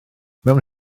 mewn